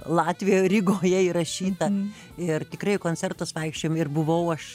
latvijoj rygoje įrašyta ir tikrai į koncertus vaikščiojam ir buvau aš